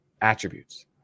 attributes